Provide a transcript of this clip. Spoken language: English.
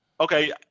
Okay